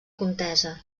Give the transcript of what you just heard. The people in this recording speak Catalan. contesa